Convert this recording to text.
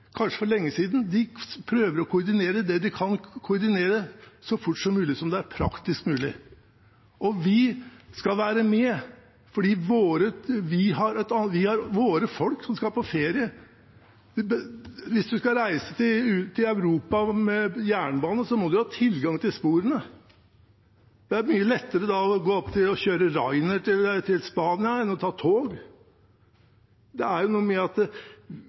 kanskje for lenge siden: De prøver å koordinere det de kan koordinere, så fort som det er praktisk mulig. Vi skal være med, for våre folk som skal på ferie, som skal reise til Europa med jernbane, må ha tilgang til sporene. Det er mye lettere å kjøre Ryanair til Spania enn å ta tog, så det er noe med at